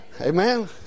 Amen